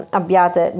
abbiate